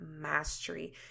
mastery